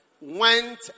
went